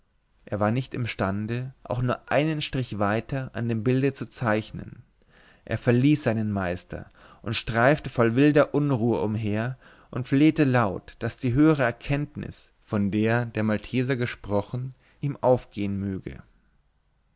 er war nicht imstande auch nur einen strich weiter an dem bilde zu zeichnen er verließ seinen meister und streifte voll wilder unruhe umher und flehte laut daß die höhere erkenntnis von der der malteser gesprochen ihm aufgehen möge